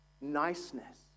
Niceness